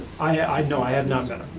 i so i have not met him.